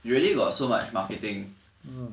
you already got so much marketing